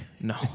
No